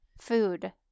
food